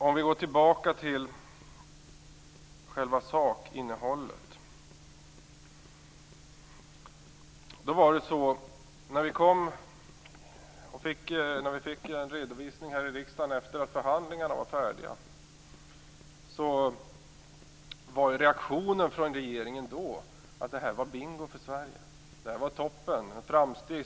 Om vi går tillbaka till själva sakinnehållet vill jag erinra om att när vi fick en redovisning här i riksdagen efter det att förhandlingarna var färdiga var reaktionen från regeringen att detta var bingo för Sverige. Det var toppen.